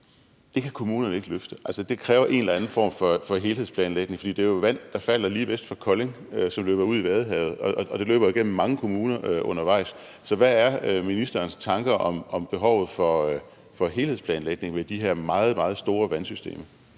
Det kan kommunerne jo ikke løfte. Det kræver en eller anden for helhedsplanlægning, for det er jo vand, der falder lige vest for Kolding, som løber ud i Vadehavet, og det løber igennem mange kommuner undervejs. Så hvad er ministerens tanker om behovet for helhedsplanlægning ved de her meget, meget store vandsystemer?